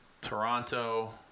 Toronto